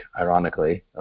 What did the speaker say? ironically